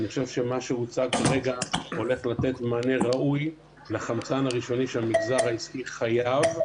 מה שהוצג כרגע הולך להביא מענה ראוי לחמצן הראשוני שהמגזר העסקי חייב.